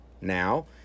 now